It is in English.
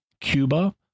Cuba